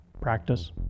practice